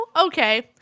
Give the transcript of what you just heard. Okay